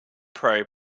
pro